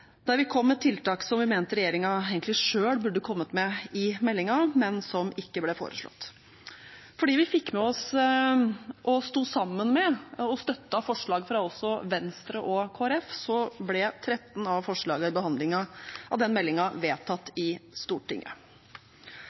der vi kom med tiltak som vi mente regjeringen egentlig selv burde kommet med i meldingen, men som ikke ble foreslått. Fordi vi fikk med oss og sto sammen med og støttet forslag fra også Venstre og Kristelig Folkeparti, ble 13 av forslagene i behandlingen av den meldingen vedtatt i Stortinget.